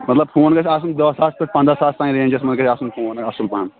مطلب فون گژھِ آسُن دہ ساس پٮ۪ٹھ پنٛداہ ساس تانۍ رینٛجَس منٛز گژھِ آسُن فون اَصٕل پَہَن